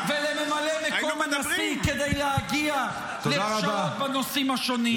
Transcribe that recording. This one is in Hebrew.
ולממלא מקום הנשיא כדי להגיע לפשרות בנושאים השונים?